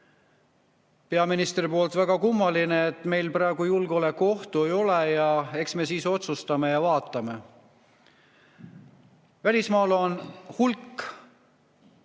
peaministri poolt väga kummaline: et meil praegu julgeolekuohtu ei ole ja eks me siis otsustame ja vaatame. Välismaal on hulk